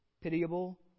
pitiable